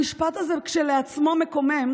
המשפט הזה כשלעצמו מקומם,